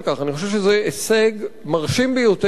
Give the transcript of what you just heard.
אני חושב שזה הישג מרשים ביותר.